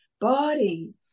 body